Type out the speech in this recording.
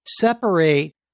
separate